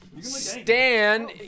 Stan